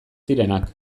zirenak